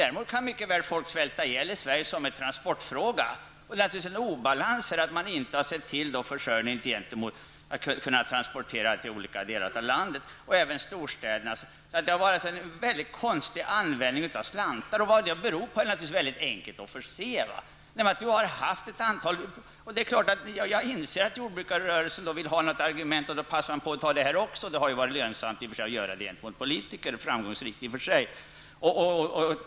Däremot kan ändå folk svälta ihjäl på grund av transportproblem. Man har inte sett till att det under krigstid skall vara möjligt att transportera livsmedel och annat till olika delar av landet, inkl. storstäderna. Pengarna har använts på ett mycket konstigt sätt. Vad det har berott på är naturligtvis mycket enkelt att förstå. Jag inser att jordbruksrörelsen vill argumentera för behovet av sin produktion, och det har varit lönsamt för dem att göra det gentemot politikerna.